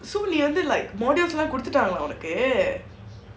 so they ended like modules lam கொடுத்துட்டாங்களா உனக்கு:koduththutaangalaa unakku